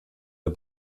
der